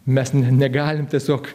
mes negalim tiesiog